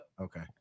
Okay